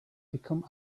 become